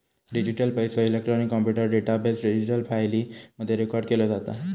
digital पैसो, electronic computer database, digital फाईली मध्ये रेकॉर्ड केलो जाता